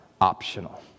optional